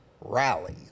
rally